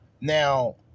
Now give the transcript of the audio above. Now